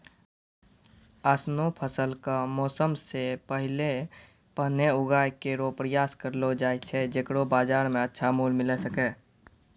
ऑसनो फसल क मौसम सें पहिने उगाय केरो प्रयास करलो जाय छै जेकरो बाजार म अच्छा मूल्य मिले सके